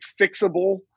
fixable